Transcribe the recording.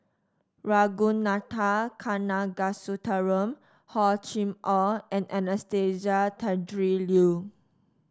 Ragunathar Kanagasuntheram Hor Chim Or and Anastasia Tjendri Liew